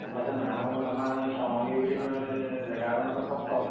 গম পাইছ নে নাই আৰু আমাৰ এই চামগুৰি বুলি কয় জেগা এখন আছে সত্ৰ